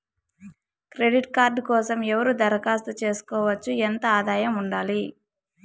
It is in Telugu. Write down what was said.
క్రెడిట్ కార్డు కోసం ఎవరు దరఖాస్తు చేసుకోవచ్చు? ఎంత ఆదాయం ఉండాలి?